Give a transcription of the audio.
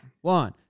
One